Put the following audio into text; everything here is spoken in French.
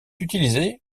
utilisé